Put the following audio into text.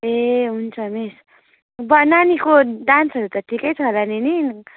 ए हुन्छ मिस अब नानीको डान्सहरू त ठिकै छ होला नि नि